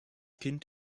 kind